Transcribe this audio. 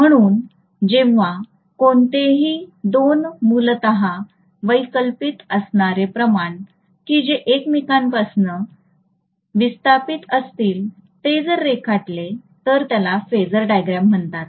म्हणून जेव्हा कोणतेही दोन मूलतः वैकल्पिक असणारे प्रमाण कि जे एकमेकांपासून विस्थापित असतील ते जर रेखाटले तर त्याला फेजर डायग्राम म्हणतात